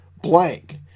blank